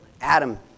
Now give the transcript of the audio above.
Adam